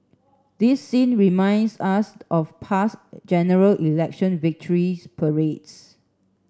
this scene reminds us of past General Election victory parades